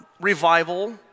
revival